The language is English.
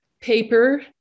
paper